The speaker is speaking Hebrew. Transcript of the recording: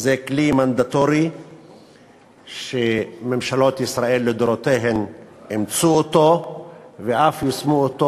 זה כלי מנדטורי שממשלות ישראל לדורותיהן אימצו ואף יישמו אותו.